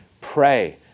Pray